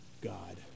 God